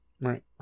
Right